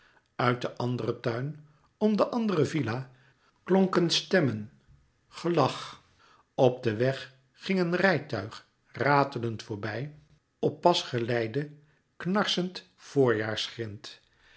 uit d anderen tuin om de andere villa klonken stemmen gelach op den weg ging een rijtuig ratelend voorbij op pas geleide knarsend